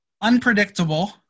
Unpredictable